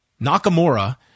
Nakamura